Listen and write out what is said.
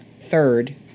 third